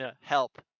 Help